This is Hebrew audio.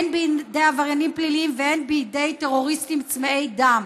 הן בידי עבריינים פליליים והן בידי טרוריסטים צמאי דם.